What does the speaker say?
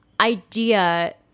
idea